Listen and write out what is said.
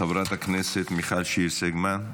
חברת הכנסת מיכל שיר סגמן,